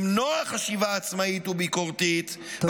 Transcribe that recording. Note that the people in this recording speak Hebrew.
למנוע חשיבה עצמאית וביקורתית -- תודה רבה.